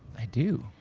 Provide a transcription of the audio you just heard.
i do.